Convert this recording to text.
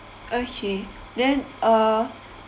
okay then uh